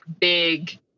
big